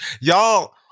y'all